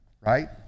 right